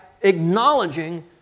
acknowledging